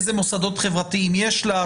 איזה מוסדות חברתיים יש לה,